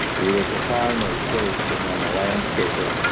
he was a farmer first and then a landscaper,